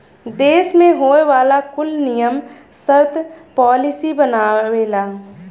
देस मे होए वाला कुल नियम सर्त पॉलिसी बनावेला